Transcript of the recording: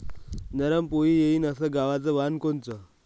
नरम पोळी येईन अस गवाचं वान कोनचं?